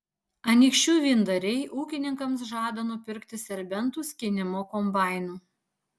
anykščių vyndariai ūkininkams žada nupirkti serbentų skynimo kombainų